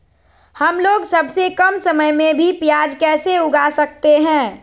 हमलोग सबसे कम समय में भी प्याज कैसे उगा सकते हैं?